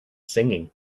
singing